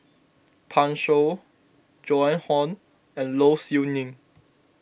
Pan Shou Joan Hon and Low Siew Nghee